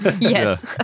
Yes